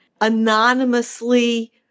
anonymously